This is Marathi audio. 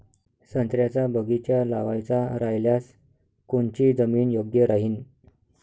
संत्र्याचा बगीचा लावायचा रायल्यास कोनची जमीन योग्य राहीन?